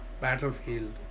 battlefield